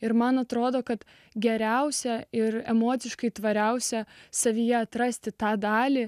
ir man atrodo kad geriausia ir emociškai tvariausia savyje atrasti tą dalį